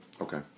Okay